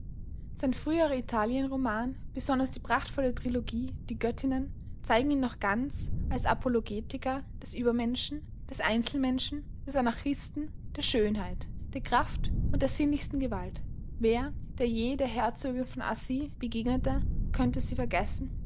seine früheren italienromane besonders die prachtvolle trilogie die göttinnen zeigen ihn noch ganz als apologetiker des übermenschen des einzelmenschen des anarchisten als hymnischen diener der schönheit der kraft und der sinnlichsten gewalt wer der je der herzogin von assy begegnete könnte sie vergessen